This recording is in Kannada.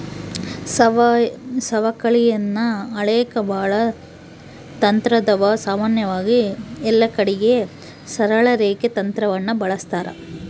ಸವಕಳಿಯನ್ನ ಅಳೆಕ ಬಾಳ ತಂತ್ರಾದವ, ಸಾಮಾನ್ಯವಾಗಿ ಎಲ್ಲಕಡಿಗೆ ಸರಳ ರೇಖೆ ತಂತ್ರವನ್ನ ಬಳಸ್ತಾರ